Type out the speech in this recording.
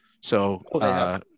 so-